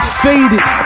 faded